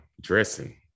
Dressing